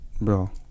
bro